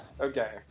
Okay